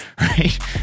right